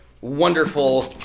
wonderful